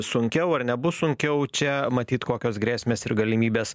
sunkiau ar nebus sunkiau čia matyt kokios grėsmės ir galimybės